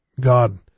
God